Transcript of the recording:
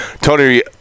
Tony